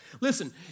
Listen